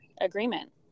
agreement